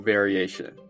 Variation